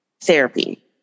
therapy